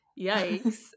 yikes